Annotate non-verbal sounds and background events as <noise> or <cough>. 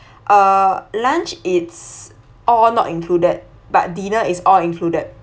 <breath> uh lunch it's all not included but dinner is all included